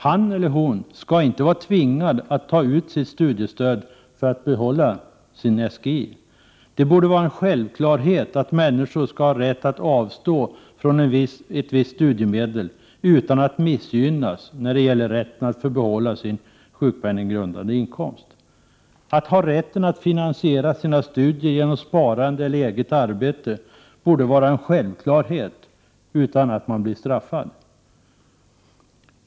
Han eller hon skall inte tvingas ta ut sitt studiestöd för att få behålla sin SGI. Människor bör självklart ha rätt att avstå från vissa studiemedel utan att missgynnas vad gäller rätten att få behålla sin sjukpenninggrundande inkomst. Lika självklart är att man inte skall straffas om man finansierar sina studier genom sparande eller eget arbete.